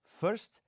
First